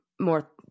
more